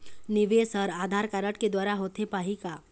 निवेश हर आधार कारड के द्वारा होथे पाही का?